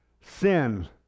sin